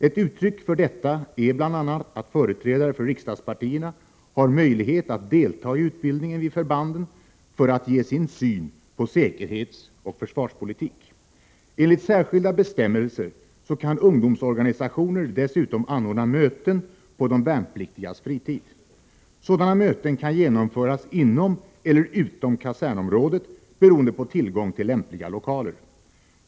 Ett uttryck för detta är bl.a. att företrädare för riksdagspartierna har möjlighet att delta i utbildningen vid förbanden för att ge sin syn på säkerhetsoch försvarspolitik. Enligt särskilda bestämmelser kan ungdomsorganisationer dessutom anordna möten på de värnpliktigas fritid. Sådana möten kan genomföras inom eller utom kasernområdet beroende på tillgång till lämpliga lokaler.